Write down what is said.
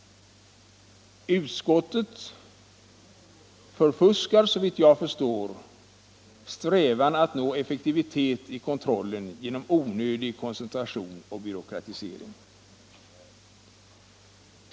Utskottet förfuskar, såvitt jag förstår, strävan att nå effektivitet i kontrollen genom onödig koncentration och byråkratisering.